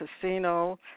Casino